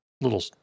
little